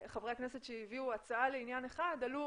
חברי הכנסת שהביאו הצעה לעניין אחד עלו